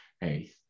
hey